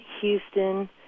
Houston